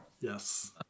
Yes